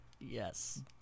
Yes